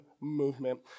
movement